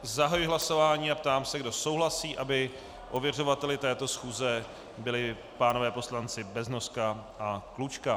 Zahajuji hlasování a ptám se, kdo souhlasí, aby ověřovateli této schůze byli pánové poslanci Beznoska a Klučka.